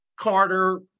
Carter